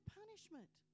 punishment